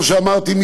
כמו שאמרתי,